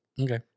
Okay